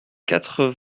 quatre